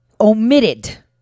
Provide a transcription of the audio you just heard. omitted